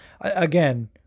Again